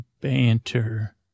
banter